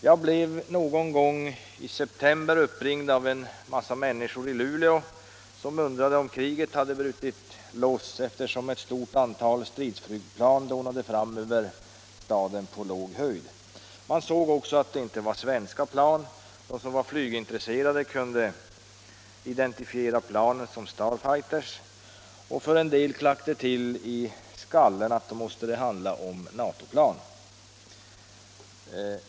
Jag blev någon gång i september uppringd av en mängd människor i Luleå som undrade, om kriget hade brutit ut, eftersom ett stort antal stridsflygplan dånade fram över staden på låg höjd. Man såg också att det inte var svenska plan. De flygintresserade kunde identifiera planen som Starfighters, och för en del klack det till i skallen, att det då måste handla om NATO-plan.